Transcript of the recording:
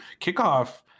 Kickoff